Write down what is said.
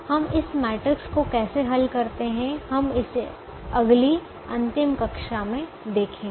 हम इस मैट्रिक्स को कैसे हल करते हैं हम इसे अगली अंतिम क्लास में देखेंगे